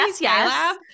yes